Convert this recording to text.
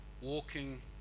walking